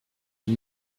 die